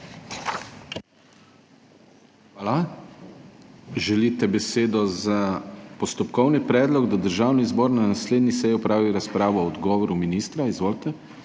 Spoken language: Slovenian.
Jeraj, imate besedo za postopkovni predlog, da Državni zbor na naslednji seji opravi razpravo o odgovoru ministrice. Izvolite.